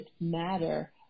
matter